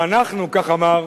ואנחנו, כך הוא אמר,